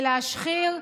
כדי להשחיר,